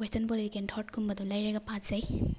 western political ꯊꯣꯠꯀꯨꯝꯕꯗꯣ ꯂꯩꯔꯒ ꯄꯥꯖꯩ